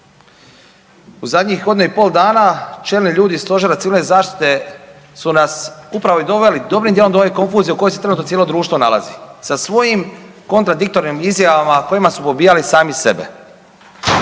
U zadnjih godinu i pol dana čelni ljudi iz stožera civilne zaštite su nas upravo i doveli dobrim dijelom do ove konfuzije u kojoj se trenutno cijelo društvo nalazi sa svojim kontradiktornim izjavama kojima su pobijali sami sebe.